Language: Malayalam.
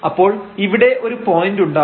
അപ്പോൾ ഇവിടെ ഒരു പോയന്റ് ഉണ്ടാവും